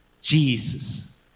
Jesus